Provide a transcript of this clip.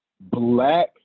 Black